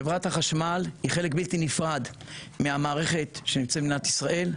חברת החשמל היא חלק בלתי נפרד מהמערכת שנמצאת במדינת ישראל,